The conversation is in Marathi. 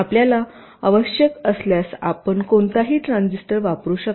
आपल्याला आवश्यक असल्यास आपण कोणताही ट्रांझिस्टर वापरू शकता